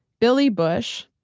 billy bush,